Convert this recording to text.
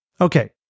Okay